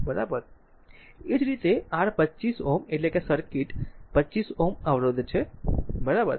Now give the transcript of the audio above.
એ જ રીતે r 25 Ω એટલે કે આ સર્કિટ આ સર્કિટ 25 Ω અવરોધ છે બરાબર